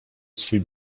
swój